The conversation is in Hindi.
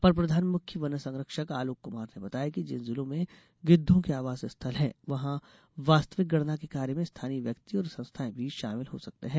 अपर प्रधान मुख्य वन संरक्षक आलोक कुमार ने बताया कि जिन जिलों में गिद्वों के आवास स्थल हैं वहाँ वास्तविक गणना के कार्य में स्थानीय व्यक्ति और संस्थाएँ भी शामिल हो सकते हैं